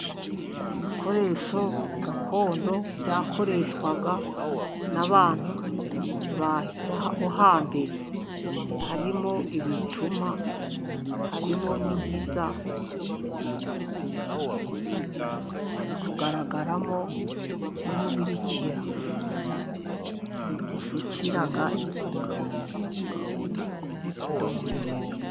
Ibikoresho gakondo byakoreshwaga n'abantu bo hambere: harimo ibicuma, harimo ni inkiza, hari kugaragaramo n'umubirikira usukira inzoka mu kidomoro.